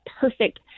perfect